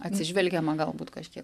atsižvelgiama galbūt kažkiek